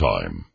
Time